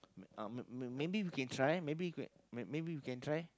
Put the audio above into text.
uh may maybe we can try maybe we can maybe we can try